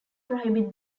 prohibit